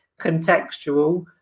contextual